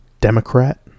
Democrat